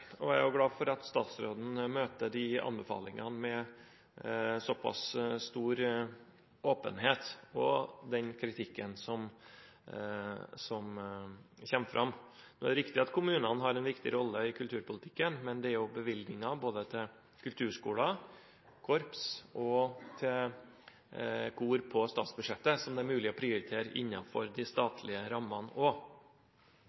at statsråden møter de anbefalingene med såpass stor åpenhet og den kritikken som kommer fram. Det er riktig at kommunene har en viktig rolle i kulturpolitikken, men det er jo bevilgninger både til kulturskoler, korps og kor på statsbudsjettet som det også er mulig å prioritere innenfor de